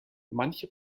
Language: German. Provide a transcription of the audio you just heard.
manche